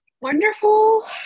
wonderful